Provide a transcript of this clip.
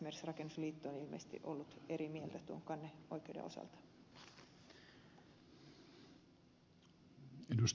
esimerkiksi rakennusliitto on ilmeisesti ollut eri mieltä kanneoikeuden osalta